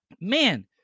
man